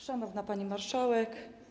Szanowna Pani Marszałek!